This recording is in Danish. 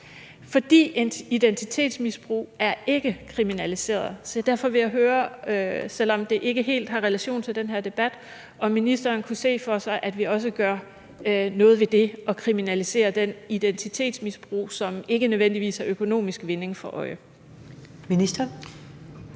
for identitetsmisbrug er ikke kriminaliseret. Så derfor vil jeg høre, selv om det ikke helt har relation til den her debat, om ministeren kunne se for sig, at vi også gør noget ved det og kriminaliserer den identitetsmisbrug, som ikke nødvendigvis har økonomisk vinding for øje. Kl.